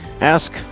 ask